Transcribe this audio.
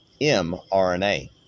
mRNA